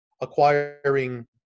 acquiring